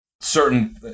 certain